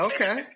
Okay